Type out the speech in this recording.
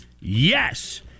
yes